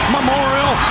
Memorial